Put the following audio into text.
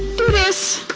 do this!